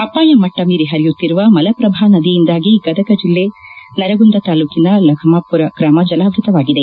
ಅಪಾಯ ಮಟ್ಟ ಮೀರಿ ಹರಿಯುತ್ತಿರುವ ಮಲಪ್ರಭಾ ನದಿಯಿಂದಾಗಿ ಗದಗ ಜಿಲ್ಲೆ ನರಗುಂದ ತಾಲ್ಲೂಕಿನ ಲಖಮಾಪುರ ಗ್ರಾಮ ಜಲಾವೃತವಾಗಿದೆ